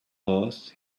horse